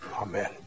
Amen